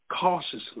cautiously